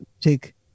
take